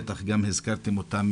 בטח הזכרתם אותה,